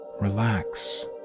Relax